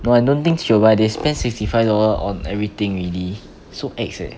no I don't think she will buy this spend sixty five dollar on everything already so ex eh